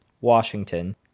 Washington